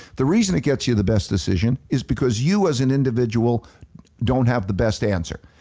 the reason it gets you the best decision is because you as an individual don't have the best answer.